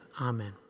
Amen